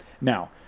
now